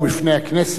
9 דב חנין